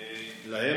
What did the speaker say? יש להם